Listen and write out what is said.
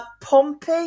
Pompey